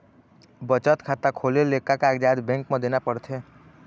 बचत खाता खोले ले का कागजात बैंक म देना पड़थे?